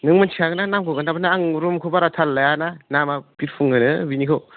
नों मिथिखागोनना नामखौ खोन्थाबा आं रुमखौ बारा थाल लाया ना नामा बिरफुं होनो बिनिखौ